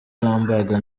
bambaga